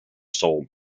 sold